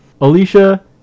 Alicia